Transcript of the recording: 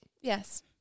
Yes